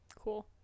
Cool